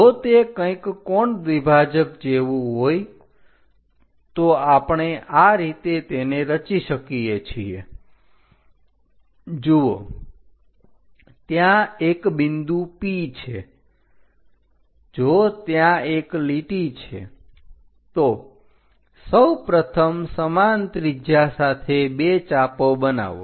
જો તે કંઈક કોણ દ્વિભાજક જેવું હોય તો આપણે આ રીતે તેને રચી શકીએ છીએ જુઓ ત્યાં એક બિંદુ P છે જો ત્યાં એક લીટી છે તો સૌપ્રથમ સમાન ત્રિજ્યા સાથે બે ચાપો બનાવો